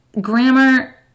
Grammar